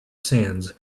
sands